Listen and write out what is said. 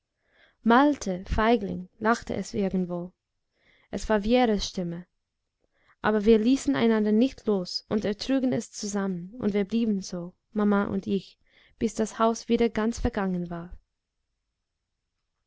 malte feigling lachte es irgendwo es war wjeras stimme aber wir ließen einander nicht los und ertrugen es zusammen und wir blieben so maman und ich bis das haus wieder ganz vergangen war